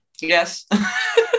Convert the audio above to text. Yes